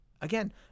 Again